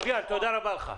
לביאן, תודה רבה לך.